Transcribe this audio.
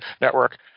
network